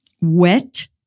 Wet